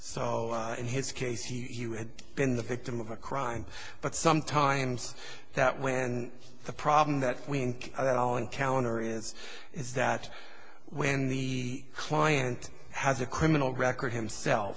so in his case he had been the victim of a crime but sometimes that when the problem that we are all encounter is is that when the client has a criminal record himself